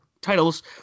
titles